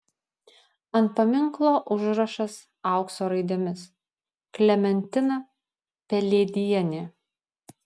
ant paminklo užrašas aukso raidėmis klementina pelėdienė